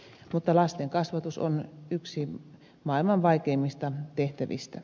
mutta lasten kasvatus on yksi maailman vaikeimmista tehtävistä